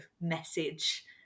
message